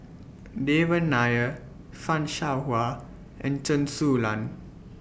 Devan Nair fan Shao Hua and Chen Su Lan